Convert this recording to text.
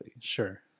Sure